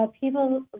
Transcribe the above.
people